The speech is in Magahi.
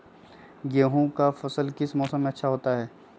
गेंहू का फसल किस मौसम में अच्छा होता है?